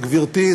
גברתי.